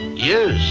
you